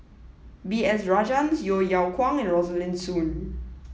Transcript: B S Rajhans Yeo Yeow Kwang and Rosaline Soon